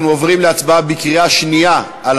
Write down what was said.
אנחנו עוברים להצבעה בקריאה שנייה על